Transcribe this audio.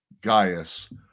Gaius